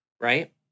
right